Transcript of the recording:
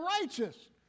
righteous